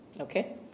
Okay